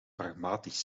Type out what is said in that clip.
pragmatisch